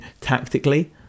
tactically